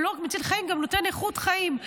ולא רק מציל חיים אלא גם נותן איכות חיים,